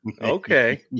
okay